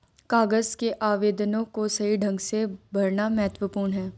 कागज के आवेदनों को सही ढंग से भरना महत्वपूर्ण है